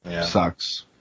sucks